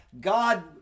God